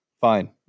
fine